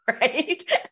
right